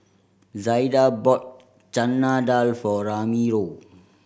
Zaida bought Chana Dal for Ramiro